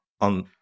on